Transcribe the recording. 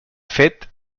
fet